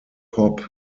hop